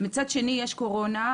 מצד שני יש קורונה,